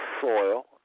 soil